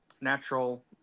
Natural